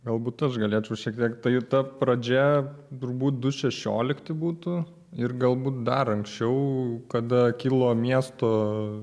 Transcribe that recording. galbūt aš galėčiau šiek tiek tai ta pradžia turbūt du šešiolikti būtų ir galbūt dar anksčiau kada kilo miesto